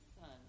son